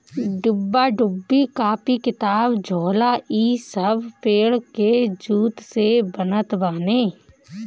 डिब्बा डुब्बी, कापी किताब, झोला इ सब पेड़ के जूट से बनत बाने